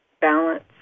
balance